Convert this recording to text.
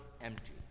empty